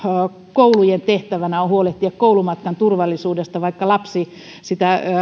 koulujen tehtävänä on huolehtia koulumatkan turvallisuudesta vaikka lapsi sitä